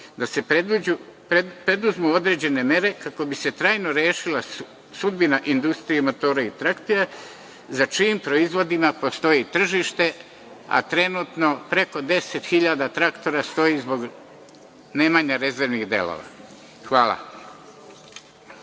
da se preduzmu određene mere kako bi se trajno rešila sudbina IMT-a, za čijim proizvodima postoji tržište, a trenutno preko 10 hiljada traktora stoji zbog nemanja rezervnih delova. Hvala?